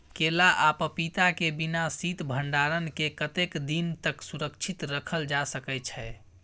केला आ पपीता के बिना शीत भंडारण के कतेक दिन तक सुरक्षित रखल जा सकै छै?